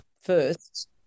first